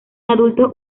adultos